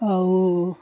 ଆଉ